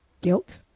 guilt